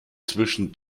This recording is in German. zwischen